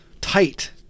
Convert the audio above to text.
tight